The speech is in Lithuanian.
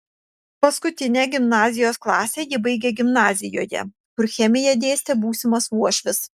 paskutinę gimnazijos klasę ji baigė gimnazijoje kur chemiją dėstė būsimas uošvis